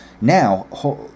now